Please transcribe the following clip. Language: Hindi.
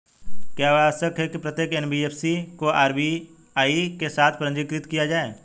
क्या यह आवश्यक है कि प्रत्येक एन.बी.एफ.सी को आर.बी.आई के साथ पंजीकृत किया जाए?